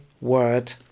word